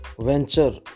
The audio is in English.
Venture